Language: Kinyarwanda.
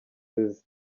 west